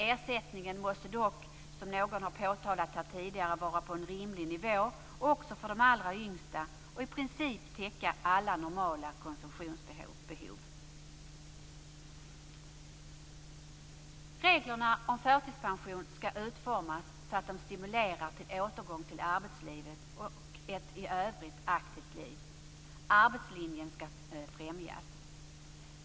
Ersättningen måste dock, som någon här påpekade tidigare, vara på en rimlig nivå också för de allra yngsta och i princip täcka alla normala konsumtionsbehov. Reglerna om förtidspension skall utformas så att de stimulerar till återgång till arbetslivet och ett i övrigt aktivt liv. Arbetslinjen skall främjas.